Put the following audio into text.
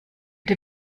der